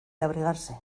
abrigarse